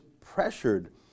pressured